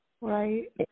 Right